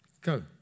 go